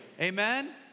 Amen